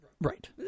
Right